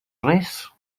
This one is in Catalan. res